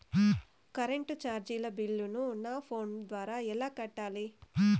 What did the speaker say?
Current చార్జీల బిల్లును, నా ఫోను ద్వారా ఎలా కట్టాలి?